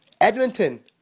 Edmonton